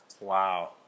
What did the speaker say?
Wow